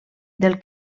del